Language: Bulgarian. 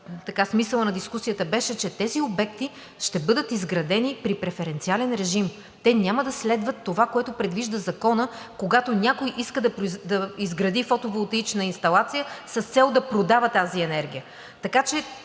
и смисълът на дискусията беше, че тези обекти ще бъдат изградени при преференциален режим. Те няма да следват това, което предвижда Законът, когато някой иска да изгради фотоволтаична инсталация с цел да продава тази енергия.